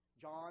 John